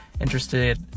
interested